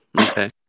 okay